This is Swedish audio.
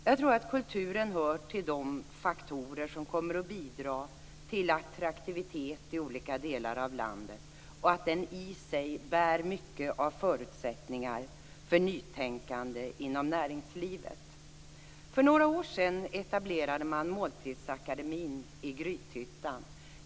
Jag tror att kulturen hör till de faktorer som kommer att bidra till attraktivitet i olika delar av landet och att den i sig bär mycket av förutsättningar för nytänkande inom näringslivet. För några år sedan etablerade man Måltidsakademien i Grythyttan.